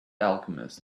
alchemist